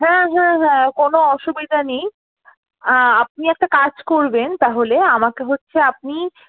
হ্যাঁ হ্যাঁ হ্যাঁ কোনও অসুবিধা নেই আপনি একটা কাজ করবেন তাহলে আমাকে হচ্ছে আপনি